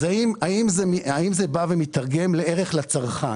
האם זה בא ומתרגם לערך לצרכן.